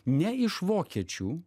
ne iš vokiečių